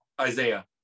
Isaiah